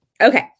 Okay